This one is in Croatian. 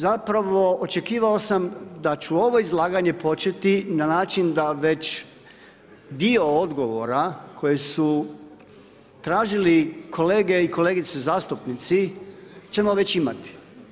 Zapravo očekivao sam da ću ovo izlaganje početi na način da već dio odgovora koje su tražili kolege i kolegice zastupnici ćemo već imati.